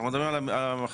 מדברים על הכבלים.